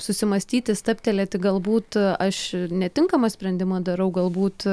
susimąstyti stabtelėti galbūt aš netinkamą sprendimą darau galbūt